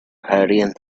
hurrying